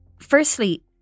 Firstly